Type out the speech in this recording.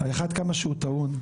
האחד, כמה שהוא טעון.